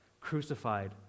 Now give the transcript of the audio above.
crucified